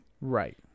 Right